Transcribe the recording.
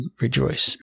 rejoice